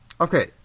okay